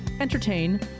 entertain